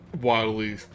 wildly